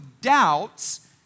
doubts